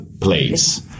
place